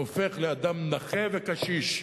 הופך לאדם נכה וקשיש,